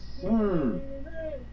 sir